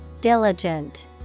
Diligent